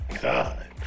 god